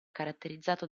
caratterizzato